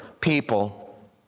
people